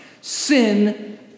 sin